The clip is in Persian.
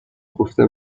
گفته